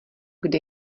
kde